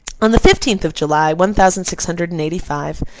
on the fifteenth of july, one thousand six hundred and eighty-five,